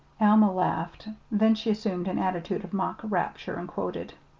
alma laughed then she assumed an attitude of mock rapture, and quoted